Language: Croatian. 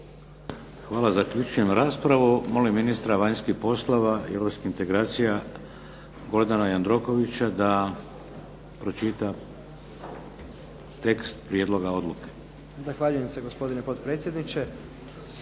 Hvala. Zaključujem raspravu. Molim ministra vanjskih poslova i europskih integracija, Gordana Jandrokovića da pročita tekst prijedloga odluke. **Jandroković, Gordan (HDZ)** Zahvaljujem se gospodine potpredsjedniče.